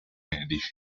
medici